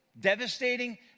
devastating